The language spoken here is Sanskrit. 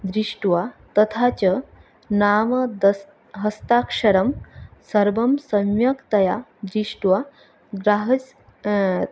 दृष्ट्वा तथा च नाम हस्ताक्षरं सर्वं सम्यक्तया दृष्ट्वा ग्राहस्